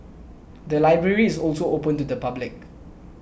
the library is also open to the public